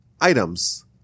items